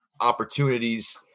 opportunities